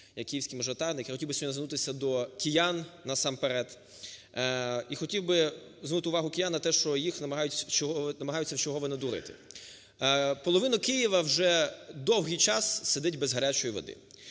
як київський мажоритарник, я хотів би звернутися до киян насамперед і хотів би звернути увагу киян на те, що їх намагаються вчергове надурити. Половина Києва вже довгий час сидить без гарячої води.